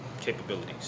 capabilities